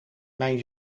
mijn